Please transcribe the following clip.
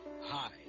Hi